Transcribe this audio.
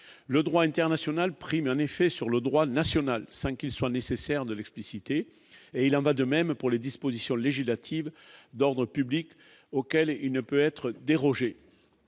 le droit international, un effet sur le droit national 5 qu'il soit nécessaire de l'expliciter, et il en va de même pour les dispositions législatives d'ordre public, auquel il ne peut être dérogé